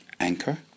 Anchor